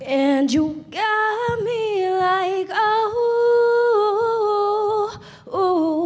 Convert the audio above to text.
and you know oh